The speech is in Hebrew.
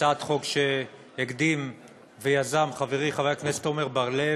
הצעת חוק שהקדים ויזם חברי חבר הכנסת עמר בר-לב,